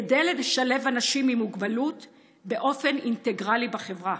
כדי לשלב אנשים עם מוגבלות באופן אינטגרלי בחברה.